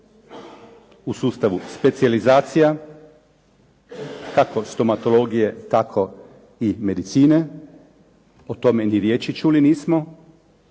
u sustavu specijalizacija, kako stomatologije, tako i medicine? O tome ni riječi čuli nismo.